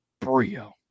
Brio